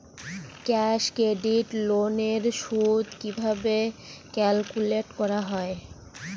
Cash credit loan এর সুদ কিভাবে ক্যালকুলেট করা হয়?